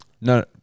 no